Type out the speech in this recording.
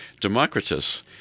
Democritus